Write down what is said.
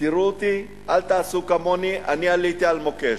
תראו אותי, אל תעשו כמוני, אני עליתי על מוקש.